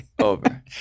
over